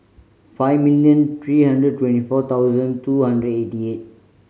five million three hundred twenty four thousand two hundred eighty eight